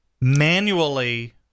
manually